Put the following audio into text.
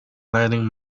lending